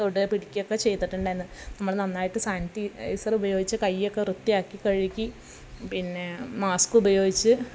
തൊടുകയോ പിടിക്കുകയൊക്കെ ചെയ്തിട്ടുണ്ടായിരുന്നു നമ്മൾ നന്നായിട്ട് സാനിറ്റൈസറുപയോഗിച്ച് കയ്യൊക്കെ വൃത്തിയാക്കി കഴുകി പിന്നെ മാസ്ക്കുപയോഗിച്ച്